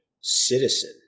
citizen